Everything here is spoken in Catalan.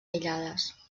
aïllades